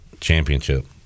Championship